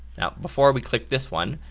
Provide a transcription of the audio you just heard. now before we clicked this one.